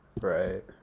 Right